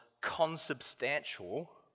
consubstantial